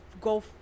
go